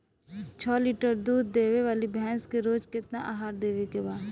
छह लीटर दूध देवे वाली भैंस के रोज केतना आहार देवे के बा?